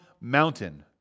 mountain